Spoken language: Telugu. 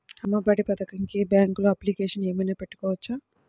అమ్మ ఒడి పథకంకి బ్యాంకులో అప్లికేషన్ ఏమైనా పెట్టుకోవచ్చా?